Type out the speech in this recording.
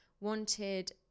wanted